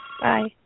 Bye